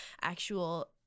actual